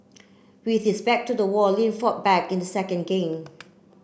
with his back to the wall Lin fought back in the second game